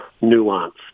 nuance